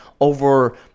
over